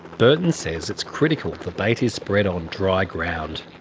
burton says it's critical the bait is spread on dry ground.